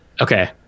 okay